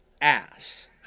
ass